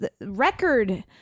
record